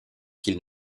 qu’ils